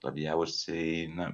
labiausiai na